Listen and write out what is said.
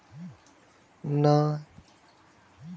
भेड़क खाद कृषि भूमि कें उपजाउ सेहो बनबै छै